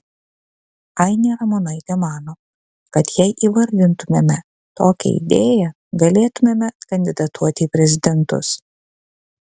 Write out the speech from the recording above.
ainė ramonaitė mano kad jei įvardintumėme tokią idėją galėtumėme kandidatuoti į prezidentus